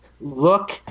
look